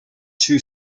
two